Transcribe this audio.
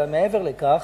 אבל מעבר לכך